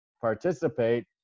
participate